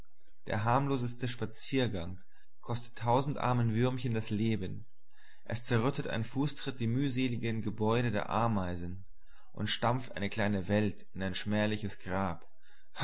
der harmloseste spaziergang kostet tausend armen würmchen das leben es zerrüttet ein fußtritt die mühseligen gebäude der ameisen und stampft eine kleine welt in ein schmähliches grab